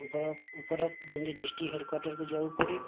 ଉପର ଉପର ଯେମିତି ଡିଷ୍ଟ୍ରିକ୍ଟ ହେଡ଼ କ୍ଵାଟରକୁ ଯିବାକୁ ପଡ଼େ